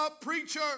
preacher